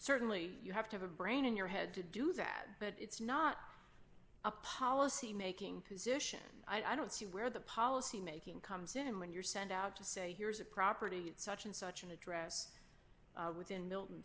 certainly you have to have a brain in your head to do that but it's not a policy making position i don't see where the policy making comes in when you're sent out to say here's a property such and such an address within